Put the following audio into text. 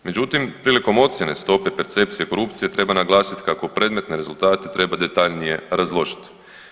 Međutim, prilikom ocjene stope percepcije korupcije treba naglasiti kako predmetne rezultate treba detaljnije razložiti.